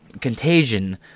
contagion